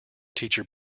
teacher